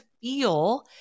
feel